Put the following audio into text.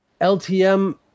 LTM